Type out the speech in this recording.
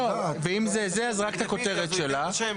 ואם זה זה אז רק את הכותרת שלה,